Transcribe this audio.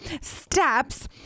steps